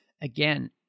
again